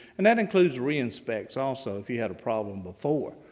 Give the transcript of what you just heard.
and that includes re-inspects also, if you had a problem before.